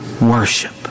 worship